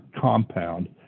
compound